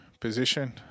position